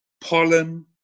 pollen